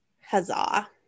Huzzah